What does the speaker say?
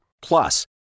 Plus